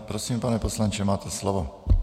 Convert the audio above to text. Prosím, pane poslanče, máte slovo.